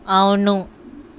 అవును